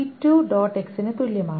X ന് തുല്യമാണ്